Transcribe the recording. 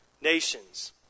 Nations